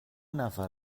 نفر